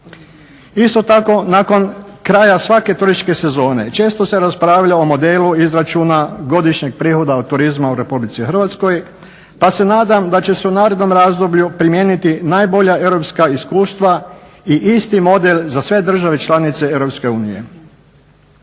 Isto tako nakon kraja svake turističke sezone često se raspravlja o modelu izračuna godišnjeg prihoda od turizma u Republici Hrvatskoj pa se nadam da će se u narednom razdoblju primijeniti najbolja europska iskustva i isti model za sve države članice Europske unije.